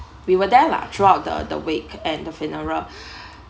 we were there lah throughout the the wake at the funeral